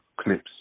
clips